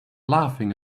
laughing